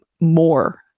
more